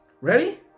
Ready